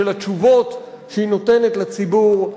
של התשובות שהיא נותנת לציבור.